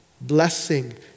blessing